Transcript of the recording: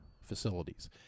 facilities